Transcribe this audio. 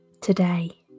today